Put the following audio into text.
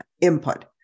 input